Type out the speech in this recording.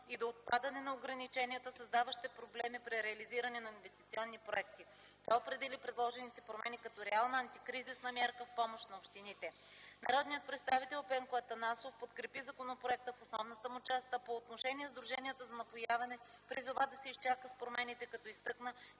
и до отпадане на ограниченията, създаващи проблеми при реализиране на инвестиционни проекти. Той определи предложените промени като реална антикризисна мярка в помощ на общините. Народният представител Пенко Атанасов подкрепи законопроекта в основната му част, а по отношение сдруженията за напояване призова да се изчака с промените, като изтъкна,